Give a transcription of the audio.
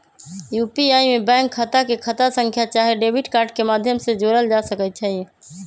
UPI में bank खता के खता संख्या चाहे डेबिट कार्ड के माध्यम से जोड़ल जा सकइ छै